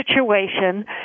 situation